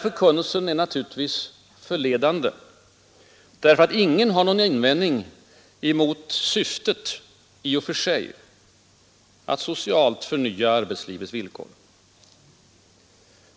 Förkunnelsen är förledande, därför att ingen har någon invändning mot en sådan paroll i och för sig.